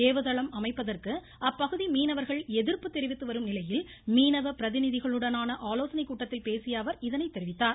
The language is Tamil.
ஏவுதளம் அமைப்பதற்கு அப்பகுதி மீனவர்கள் எதிர்ப்பு தெரிவித்து வரும் நிலையில் மீனவ பிரதிநிதிகளுடனான ஆலோசனை கூட்டத்தில் பேசிய அவர் இதனை தெரிவித்தார்